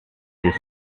this